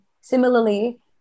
Similarly